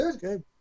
good